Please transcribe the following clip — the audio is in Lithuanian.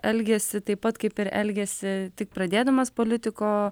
elgiasi taip pat kaip ir elgiasi tik pradėdamas politiko